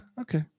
Okay